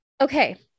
Okay